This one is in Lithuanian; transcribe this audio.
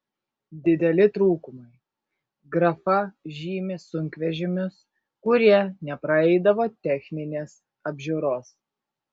dideli trūkumai grafa žymi sunkvežimius kurie nepraeidavo techninės apžiūros